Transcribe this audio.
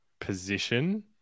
position